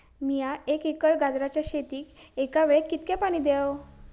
मीया एक एकर गाजराच्या शेतीक एका वेळेक कितक्या पाणी देव?